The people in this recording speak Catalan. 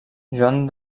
joan